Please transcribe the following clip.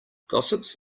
gossips